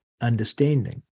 understanding